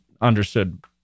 understood